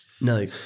No